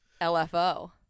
LFO